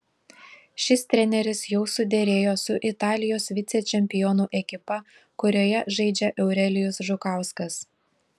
šis treneris jau suderėjo su italijos vicečempionų ekipa kurioje žaidžia eurelijus žukauskas